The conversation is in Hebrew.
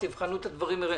תבחנו את הדברים.